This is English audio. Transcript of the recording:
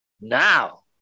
now